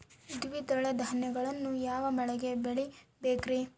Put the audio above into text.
ದ್ವಿದಳ ಧಾನ್ಯಗಳನ್ನು ಯಾವ ಮಳೆಗೆ ಬೆಳಿಬೇಕ್ರಿ?